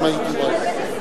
אם הייתי רואה.